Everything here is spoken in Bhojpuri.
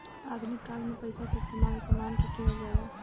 आधुनिक काल में पइसा के इस्तमाल समान के किनल जाला